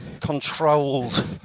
controlled